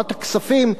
העברת הכספים,